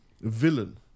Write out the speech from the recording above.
villain